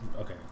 Okay